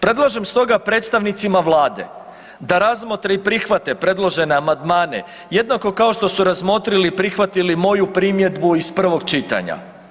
Predlažem stoga predstavnicima Vlade da razmotre i prihvate predložene amandmane jednako kao što su razmotrili i prihvatili moju primjedbu iz prvog čitanja.